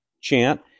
chant